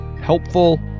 helpful